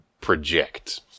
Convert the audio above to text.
project